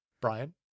Brian